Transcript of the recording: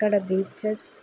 అక్కడ బీచెస్